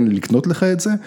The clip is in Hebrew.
לקנות לך את זה?